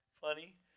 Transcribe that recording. funny